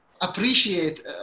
appreciate